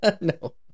No